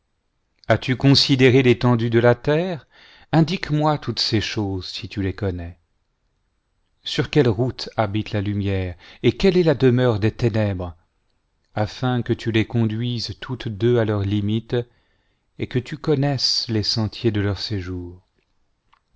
as-tu considéré l'étendue de la terre indique-moi toutes ces choses si tu les connais sur quelle route habite la lumière et quelle est la demeure des ténèbres afin que tu les conduises toutes deux à leurs limites et que tu connaisses les sentiers de leur séjour